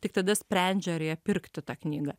tik tada sprendžia ar ją pirkti tą knygą